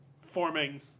forming